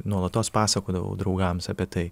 nuolatos pasakodavau draugams apie tai